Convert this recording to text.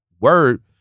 word